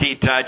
touch